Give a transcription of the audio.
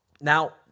now